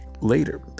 later